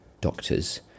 doctors